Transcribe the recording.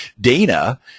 Dana